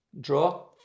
Draw